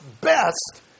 best